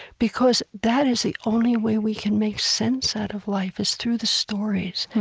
because that is the only way we can make sense out of life, is through the stories.